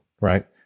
right